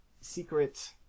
Secret